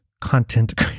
content